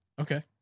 Okay